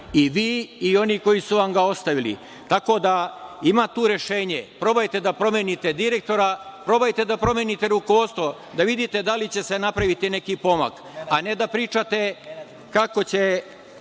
i vi i oni koji su vam ga ostavili? Ima tu rešenja, probajte da promenite direktora, probajte da promenite rukovodstvo da vidite da li će se napraviti neki pomak, a ne da pričate kako će